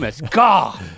God